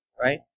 right